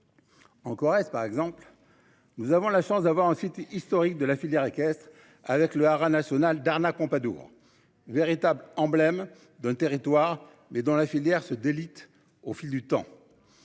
En Corrèze, par exemple, nous avons la chance d'avoir incité historique de la filière équestre avec le haras national d'arnaque Pompadour véritable emblème d'un territoire mais dans la filière se délite au fil du temps.